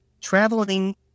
traveling